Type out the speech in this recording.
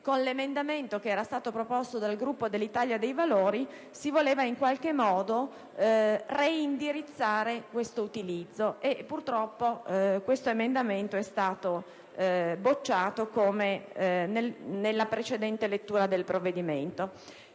Con l'emendamento proposto dal Gruppo dell'Italia dei Valori si voleva in qualche modo reindirizzare questo utilizzo, ma purtroppo esso è stato bocciato, come nella precedente lettura del provvedimento.